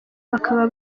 bakaba